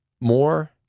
more